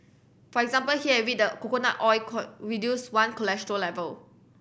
for example he had read that coconut oil could reduce one cholesterol level